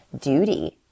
duty